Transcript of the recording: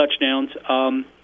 touchdowns